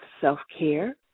self-care